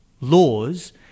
laws